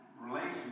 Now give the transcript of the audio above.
relations